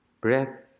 breath